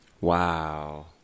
Wow